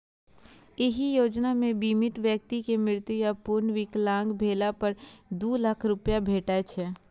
एहि योजना मे बीमित व्यक्ति के मृत्यु या पूर्ण विकलांग भेला पर दू लाख रुपैया भेटै छै